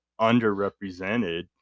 underrepresented